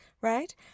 right